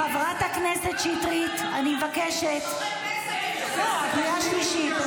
חברת הכנסת קטי שטרית, קריאה שנייה.